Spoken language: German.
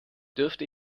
dürfte